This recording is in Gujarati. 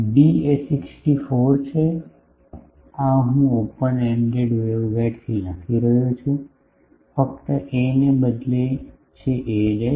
ડી is 64 છે આ હું ઓપન એન્ડેડ વેવગાઇડ થી લખી રહ્યો છું ફક્ત a ને બદલે છે a